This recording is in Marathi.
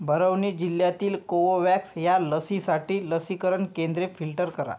भरवनी जिल्ह्यातील कोवोवॅक्स ह्या लसीसाठी लसीकरण केंद्रे फिल्टर करा